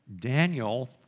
Daniel